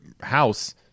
house